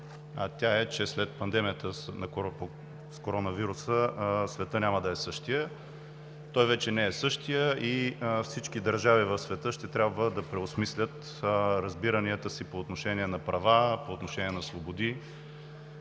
тя е, че след пандемията от коронавируса светът няма да е същият. Той вече не е същият и всички държави в света ще трябва да преосмислят разбиранията си по отношение на права, на свободи,